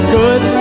good